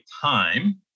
time